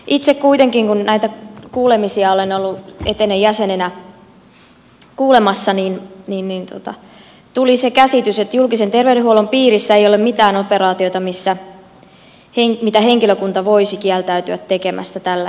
itselleni kuitenkin kun näitä kuulemisia olen ollut etenen jäsenenä kuulemassa tuli se käsitys että julkisen terveydenhuollon piirissä ei ole mitään operaatiota mitä henkilökunta voisi kieltäytyä tekemästä tällä hetkellä